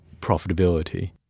profitability